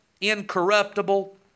incorruptible